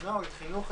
אני יכולה להגיד,